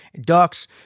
ducks